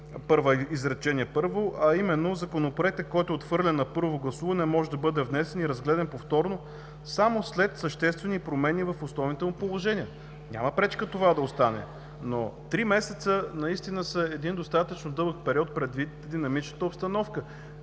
1, изречение първо, а именно Законопроектът, който е отхвърлен на първо гласуване, да може да бъде внесен и разгледан повторно само след съществени промени в основните му положения. Няма пречка това да остане. Но три месеца са достатъчно дълъг период предвид динамичната обстановка.